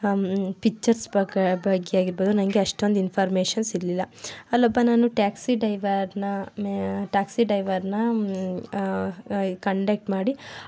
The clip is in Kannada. ಪಿಚ್ಚರ್ಸ್ ಬಗ್ಗೆ ಬಗ್ಗೆ ಆಗಿರ್ಬೋದು ನನಗೆ ಅಷ್ಟೊಂದು ಇನ್ಫಾರ್ಮೇಶನ್ಸ್ ಇರಲಿಲ್ಲ ಅಲ್ಲೊಬ್ಬ ನಾನು ಟ್ಯಾಕ್ಸಿ ಡೈವರ್ನ ಟ್ಯಾಕ್ಸಿ ಡೈವರ್ನ ಕಂಡೆಕ್ಟ್ ಮಾಡಿ